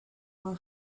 will